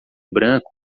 branco